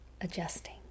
adjusting